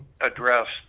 addressed